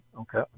Okay